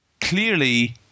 Clearly